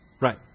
Right